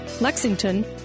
Lexington